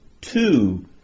two